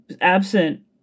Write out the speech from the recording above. absent